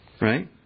right